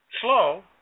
slow